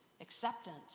acceptance